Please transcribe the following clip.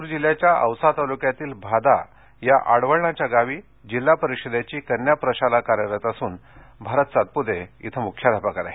लातूर जिल्ह्याच्या औसा तालुक्यातील भादा या आडवळणाच्या गावी जिल्हा परिषदेची कन्या प्रशाला कार्यरत असून भारत सातपुते इथं मुख्याध्यापक आहेत